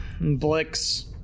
Blix